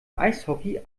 eishockey